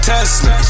Tesla